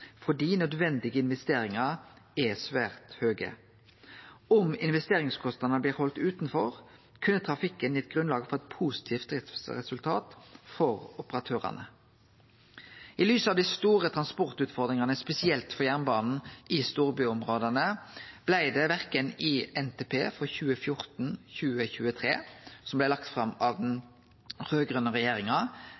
fordi nødvendige investeringar er svært høge. Om investeringskostnadene blei haldne utanfor, kunne trafikken gitt grunnlag for eit positivt driftsresultat for operatørane. I lys av dei store transportutfordringane, spesielt for jernbanen, i storbyområda, blei det verken i NTP for 2014–2023, som blei lagd fram av den